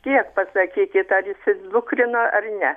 nors kiek pasakykit ar įsidukrino ar ne